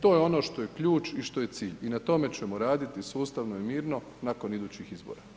To je ono što je ključ i što je cilj i na tome ćemo raditi sustavno i mirno nakon idućih izbora.